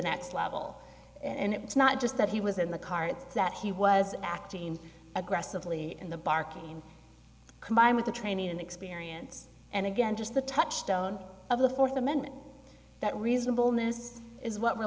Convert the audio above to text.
next level and it's not just that he was in the car it's that he was acting aggressively in the parking combined with the training and experience and again just the touchstone of the fourth amendment that reasonableness is what we're